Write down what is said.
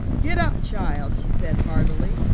get up, child, she said heartily.